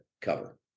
cover